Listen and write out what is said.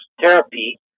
therapy